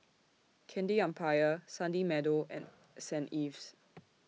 Candy Empire Sunny Meadow and Saint Ives